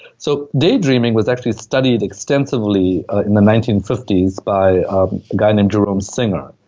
so daydreaming was actually studied extensively in the nineteen fifty s by a guy named jerome singer,